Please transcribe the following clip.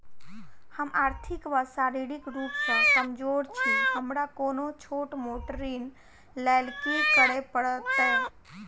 हम आर्थिक व शारीरिक रूप सँ कमजोर छी हमरा कोनों छोट मोट ऋण लैल की करै पड़तै?